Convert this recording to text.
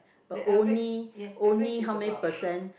but only only how many percent